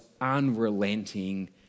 unrelenting